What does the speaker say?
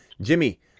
Jimmy